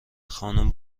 خانم